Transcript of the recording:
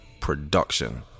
production